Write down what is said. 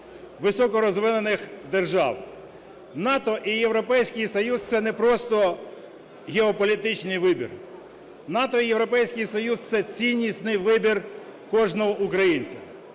високорозвинених держав. НАТО і Європейський Союз – це не просто геополітичний вибір. НАТО і Європейський Союз – це ціннісний вибір кожного українця.